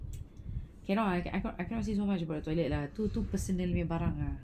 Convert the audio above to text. cannot ah I cannot I cannot say so much about the toilet lah too too personal punya barang lah